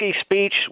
speech